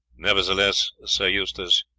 nevertheless, sir eustace,